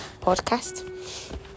podcast